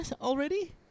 already